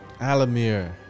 Alamir